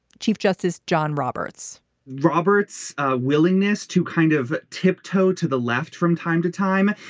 chief justice john roberts roberts willingness to kind of tip toe to the left from time to time.